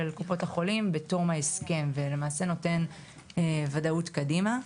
קופות החולים בתום ההסכם ולמעשה נותן ודאות קדימה.